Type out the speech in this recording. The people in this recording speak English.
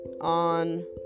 on